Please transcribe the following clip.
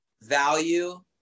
value